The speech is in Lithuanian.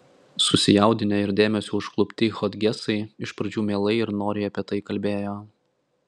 susijaudinę ir dėmesio užklupti hodgesai iš pradžių mielai ir noriai apie tai kalbėjo